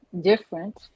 different